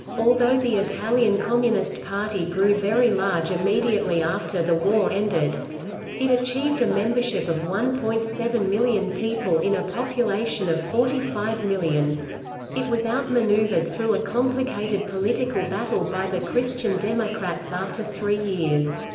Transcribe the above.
although the italian communist party grew very large immediately after the war ended it achieved a membership of one point seven million people in a population of forty five million it was outmaneuvered through a complicated political battle by the christian democrats after three years.